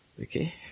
Okay